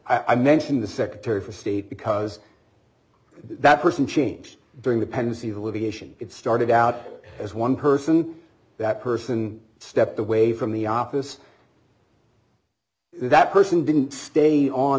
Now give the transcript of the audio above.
i mentioned the secretary for state because that person changed during the pendency of alleviation it started out as one person that person stepped away from the office that person didn't stay on